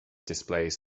displays